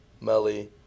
Melly